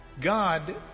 God